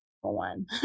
one